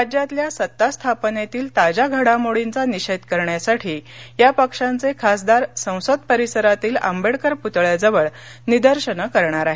राज्यातल्या सत्तास्थापनेतील ताज्या घडामोडींचा निषेध करण्यासाठी या पक्षांचे खासदार संसद परिसरातील आंबेडकर प्रतळ्याजवळ निदर्शनं करणार आहेत